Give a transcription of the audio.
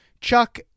Chuck